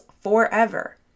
forever